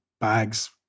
bags